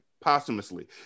posthumously